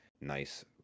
nice